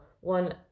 one